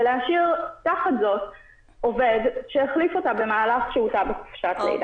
ולהשאיר תחת זאת עובד שהחליף אותה במהלך שהותה בחופשת לידה.